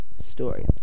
story